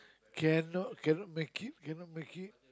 cannot cannot make it cannot make it